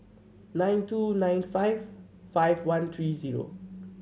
nine two nine five five one three zero